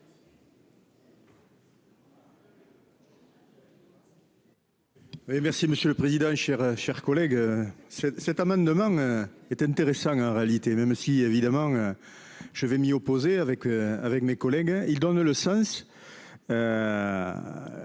merci Monsieur le Président, chers chers collègues. Cet amendement est intéressant. En réalité, même si évidemment. Je vais m'y opposer avec, avec mes collègues. Il donne le sens.